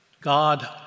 God